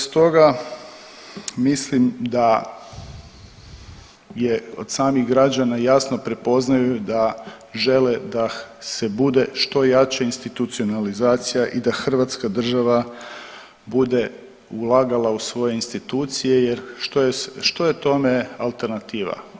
Stoga mislim da je od samih građana jasno prepoznaju da žele da se bude što jače institucionalizacija i da Hrvatska država bude ulagala u svoje institucije, jer što je tome alternativa?